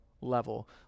level